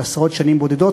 של עשרות שנים בודדות,